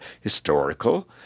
historical